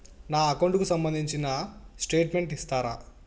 నా అకౌంట్ కు సంబంధించిన స్టేట్మెంట్స్ ఇస్తారా